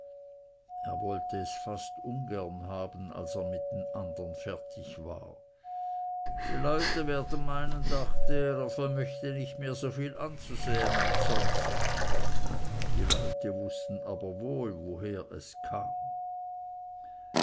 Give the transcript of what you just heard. er wollte es da her fast ungern haben als er mit den andern fertig war die leute werden meinen dachte er er vermöchte nicht mehr so viel anzusäen als sonst die leute wußten aber wohl woher es kam